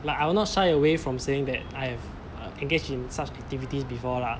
like I will not shy away from saying that I have engaged in such activities before lah